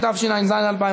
התשע"ז 2017,